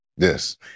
Yes